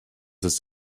ist